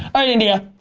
i mean india,